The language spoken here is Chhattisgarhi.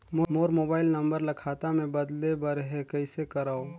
मोर मोबाइल नंबर ल खाता मे बदले बर हे कइसे करव?